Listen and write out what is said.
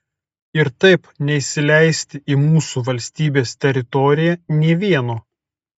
ir taip neįsileisti į mūsų valstybės teritoriją nė vieno